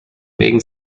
wegen